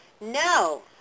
No